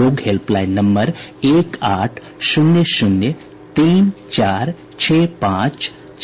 लोग helpline number एक आठ शून्य शून्य तीन चार छह पांच